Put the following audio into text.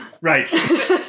Right